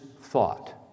thought